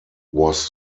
was